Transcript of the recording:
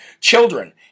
children